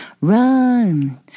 run